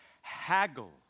haggle